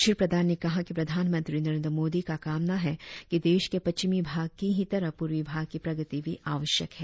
श्री प्रधान ने कहा कि प्रधानमंत्री नरेंद्र मोदी का मानना है कि देश के पश्चिमी भाग की ही तरह प्रर्वी भाग की प्रगति भी आवश्यक है